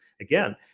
again